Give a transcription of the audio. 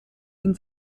den